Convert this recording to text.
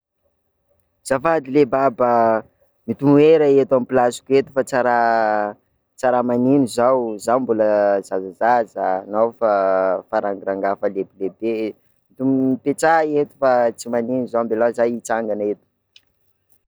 Azafady ley bàba, mitomoera eto amin'ny plasiko eto fa tsa raha tsa raha manino zao, zaho mbola zazazaza, anao efa rangarangahy efa lehibilehibe, to- mipetraha eto fa tsy manino zao, ambilao zaho hitsangana eto.